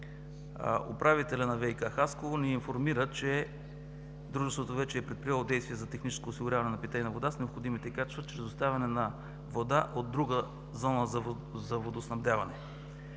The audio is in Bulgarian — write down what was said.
Управителят на ВИК - Хасково ни информира, че дружеството вече е предприело действия за техническо осигуряване на питейна вода с необходимите качествата чрез предоставяне на вода от друга зона за водоснабдяване.